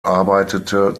arbeitete